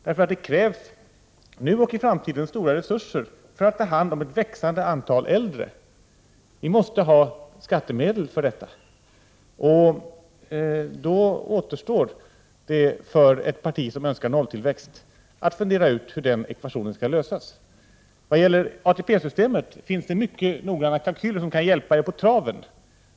Det krävs nu och i framtiden stora resurser för att ta hand om ett växande antal äldre. Vi måste ha skattemedel för detta. Då återstår det bara för ett parti som önskar nolltillväxt att fundera ut hur den ekvationen skall lösas. När det gäller ATP-systemet finns det mycket noggranna kalkyler som kan hjälpa er på traven.